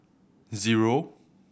zero